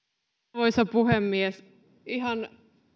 arvoisa puhemies ihan